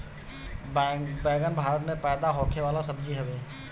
बैगन भारत में पैदा होखे वाला सब्जी हवे